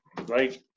right